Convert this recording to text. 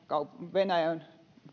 venäjän